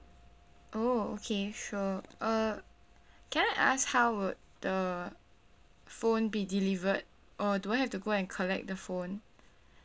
oh okay sure uh can I ask how would the phone be delivered or do I have to go and collect the phone